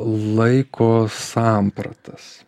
laiko sampratas